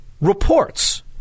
reports